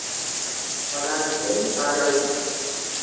आधा घंटे में आ जाओगे